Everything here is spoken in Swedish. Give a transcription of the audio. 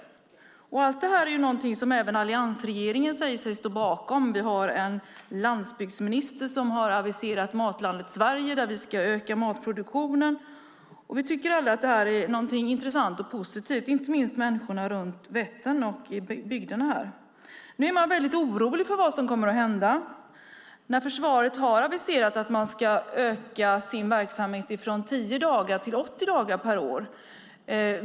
Allt detta är någonting som även alliansregeringen säger sig stå bakom. Vi har en landsbygdsminister som har aviserat Matlandet Sverige där vi ska öka matproduktionen. Vi tycker alla att detta är någonting intressant och positivt, och det gäller inte minst människorna i bygderna runt Vättern. Nu är de väldigt oroliga för vad som kommer att hända eftersom försvaret har aviserat att de ska öka sin verksamhet från 20 dagar till 80 dagar per år.